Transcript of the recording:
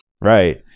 Right